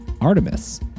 Artemis